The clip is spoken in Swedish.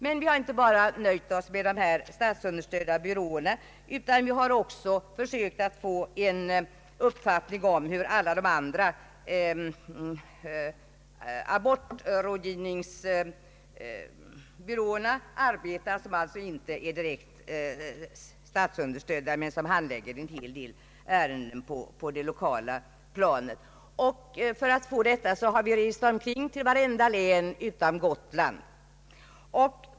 Men vi har inte bara nöjt oss med de statsunderstödda byråerna, utan har också försökt få en uppfattning om hur alla de andra abortrådgivningsbyråerna arbetar — de som alltså inte är direkt statsunderstödda men som handlägger en hel del ärenden på det lokala planet. För att få dessa uppgifter har vi rest omkring till alla län utom Gotland.